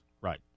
right